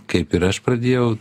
kaip ir aš pradėjau